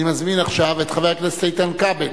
אני מזמין עכשיו את חבר הכנסת איתן כבל